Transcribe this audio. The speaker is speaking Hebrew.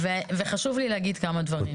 וחשוב לי להגיד כמה דברים.